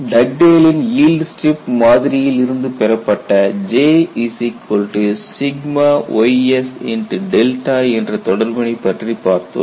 டக்டேலின் yield strip மாதிரியில் Dugdale's yield strip model இருந்து பெறப்பட்ட Jys என்ற தொடர்பினை பற்றி பார்த்தோம்